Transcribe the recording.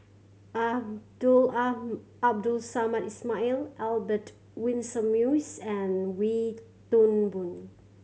Abdul Abdul Samad Ismail Albert Winsemius and Wee Toon Boon